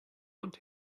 want